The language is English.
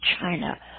China